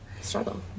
struggle